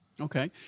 Okay